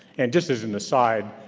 and just as an aside,